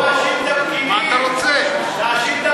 מה אתה מאשים את הפקידים?